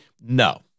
no